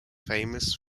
famous